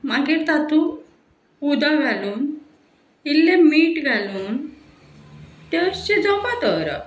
मागीर तातूंत उदक घालून इल्लें मीठ घालून तें शिजोवपा दवरप